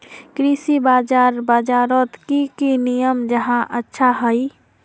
कृषि बाजार बजारोत की की नियम जाहा अच्छा हाई?